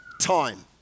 time